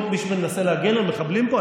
מחבלים, מישהו מנסה להגן על מחבלים פה?